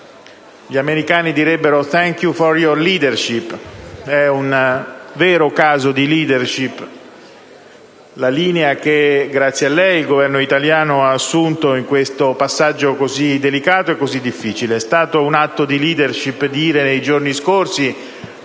Gli americani direbbero: *thank you for your leadership*. È un vero esempio di *leadership* la linea che grazie a lei il Governo italiano ha assunto in questo passaggio così delicato e così difficile; è stato un atto di *leadership* dire nei giorni scorsi,